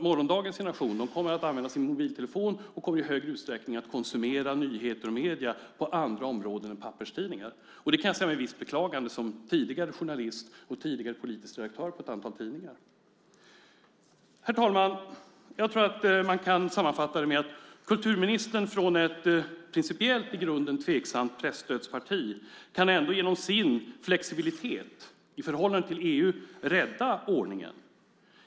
Morgondagens generation kommer att använda sin mobiltelefon och i större utsträckning konsumera nyheter och medier på andra områden än på området papperstidningar. Detta kan jag som tidigare journalist och tidigare politisk redaktör på ett antal tidningar med visst beklagande säga. Herr talman! Jag tror att man kan sammanfatta det här med att kulturministern från ett principiellt i grunden tveksamt presstödsparti ändå genom sin flexibilitet i förhållande till EU kan rädda ordningen.